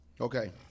Okay